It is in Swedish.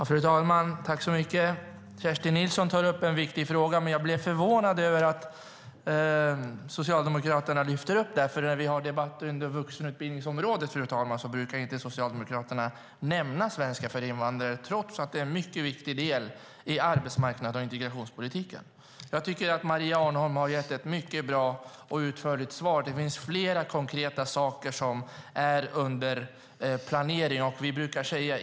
Fru talman! Kerstin Nilsson tar upp en viktig fråga, men jag blev förvånad över att Socialdemokraterna lyfter upp detta. När vi har debatter inom vuxenutbildningsområdet, fru talman, brukar inte Socialdemokraterna nämna svenska för invandrare trots att det är en mycket viktig del i arbetsmarknads och integrationspolitiken. Jag tycker att Maria Arnholm har gett ett mycket bra och utförligt svar. Det finns flera konkreta saker som är under planering.